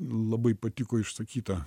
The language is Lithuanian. labai patiko išsakyta